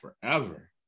forever